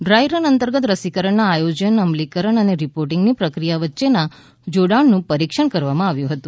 dry run અંતર્ગત રસીકરણના આયોજન અમલીકરણ અને રિર્પોટીંગની પ્રક્રિયા વચ્ચેના જોડાણોનુ પરીક્ષણ કરવામાં આવ્યુ હતુ